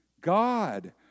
God